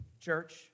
church